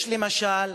למשל,